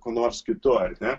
kuo nors kitu ar ne